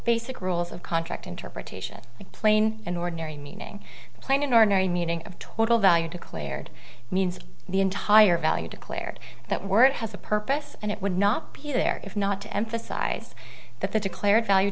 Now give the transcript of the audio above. basic rules of contract interpretation of plain and ordinary meaning plain an ornery meaning of total value declared means the entire value declared that word has a purpose and it would not be there if not to emphasize that the declared value